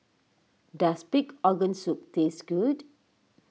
does Pig Organ Soup taste good